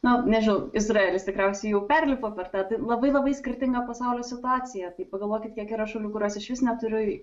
na nežinau izraelis tikriausiai jau perlipo per tą labai labai skirtinga pasaulio situacija tai pagalvokit kiek yra šalių kurios išvis neturi